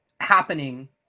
happening